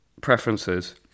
Preferences